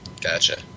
Gotcha